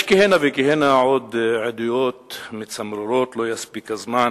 יש כהנה וכהנה עוד עדויות מצמררות, לא יספיק הזמן